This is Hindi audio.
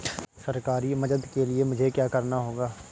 सरकारी मदद के लिए मुझे क्या करना होगा?